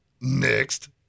Next